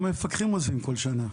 כמה מפקחים עוזבים בכל שנה?